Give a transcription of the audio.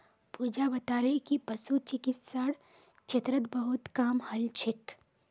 पूजा बताले कि पशु चिकित्सार क्षेत्रत बहुत काम हल छेक